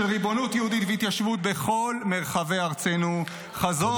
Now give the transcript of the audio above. של ריבונות יהודית והתיישבות בכל מרחבי ארצנו,